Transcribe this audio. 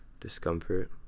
discomfort